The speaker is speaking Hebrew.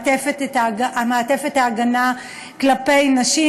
מעטפת ההגנה כלפי נשים,